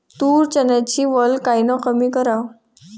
तूर, चन्याची वल कमी कायनं कराव?